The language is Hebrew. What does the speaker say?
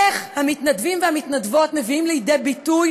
איך המתנדבים והמתנדבות מביאים לידי ביטוי